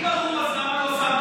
אם לי ברור, פחות?